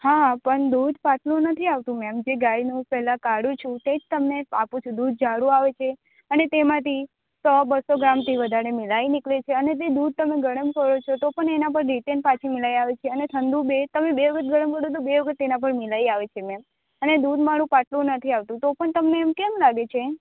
હા પણ દૂધ પાતળું નથી આવતું મેમ જે ગાયનું પેલા કાઢું છે તે જ તમને આપું છું દૂધ જાડું આવે છે અને તેમાથી સો બસો ગ્રામથી વધારે મલાઇ નીકળે છે અને તે દૂધ તમે ગરમ કરો છો તો પણ એના પર રિટર્ન પાછી મલાઈ આવે છે અને ઠંડુ બે કભી બે વખત ગરમ કરો તો બે વખત તેના પર મલાઈ આવે છે મેમ અને દૂધ મારુ પાતળું નથી આવતું તો પણ તમને એમ કેમ લાગે છે